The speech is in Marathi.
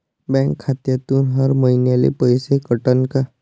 बँक खात्यातून हर महिन्याले पैसे कटन का?